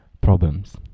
problems